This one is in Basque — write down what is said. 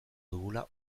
dugula